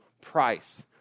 price